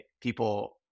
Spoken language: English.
People